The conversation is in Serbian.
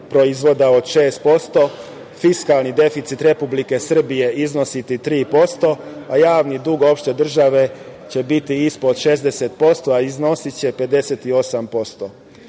proizvoda od 6%, fiskalni deficit Republike Srbije iznositi 3%, a javni dug opšte države će biti ispod 60%, a iznosiće 58%.Za